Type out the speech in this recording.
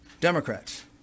Democrats